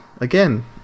again